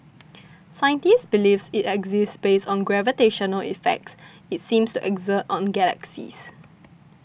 scientists believe it exists based on gravitational effects it seems to exert on galaxies